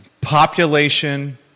Population